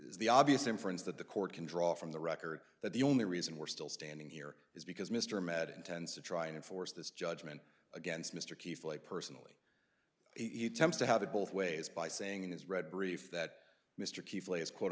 the obvious inference that the court can draw from the record that the only reason we're still standing here is because mr madden tends to try and force this judgment against mr keefer personally he tends to have it both ways by saying in his red brief that mr key plays quote